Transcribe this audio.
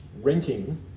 renting